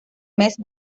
mes